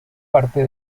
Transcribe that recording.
parte